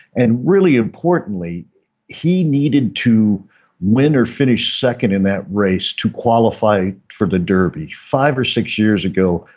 and really importantly he needed to win or finish second in that race to qualify for the derby five or six years ago.